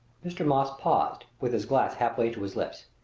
mr. moss paused, with his glass halfway to his lips.